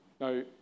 Now